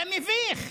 זה מביך.